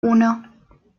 uno